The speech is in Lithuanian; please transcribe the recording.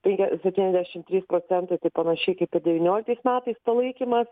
penkia septyniasdešimt trys procentai tai panašiai kaip ir devynioliktais metais palaikymas